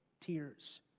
tears